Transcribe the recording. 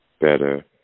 better